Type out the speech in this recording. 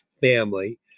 family